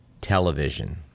television